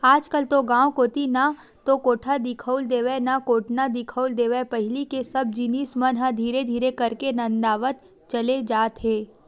आजकल तो गांव कोती ना तो कोठा दिखउल देवय ना कोटना दिखउल देवय पहिली के सब जिनिस मन ह धीरे धीरे करके नंदावत चले जात हे